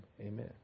Amen